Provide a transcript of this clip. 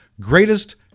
Greatest